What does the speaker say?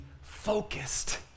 focused